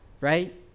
right